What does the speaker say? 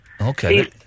Okay